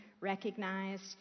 recognized